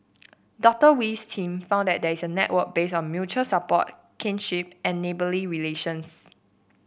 Doctor Wee's team found that there is a network based on mutual support kinship and neighbourly relations